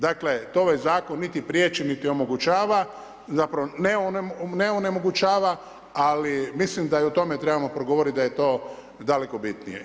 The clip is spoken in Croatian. Dakle ovaj zakon niti priječi niti omogućava, zapravo ne onemogućava ali mislim da i o tome trebamo progovoriti daje to daleko bitnije.